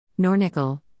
Nornickel